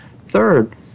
Third